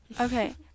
Okay